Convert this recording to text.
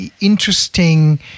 interesting